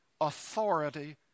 authority